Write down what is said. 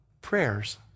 prayers